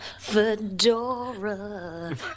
fedora